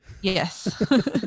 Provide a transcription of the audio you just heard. Yes